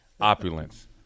Opulence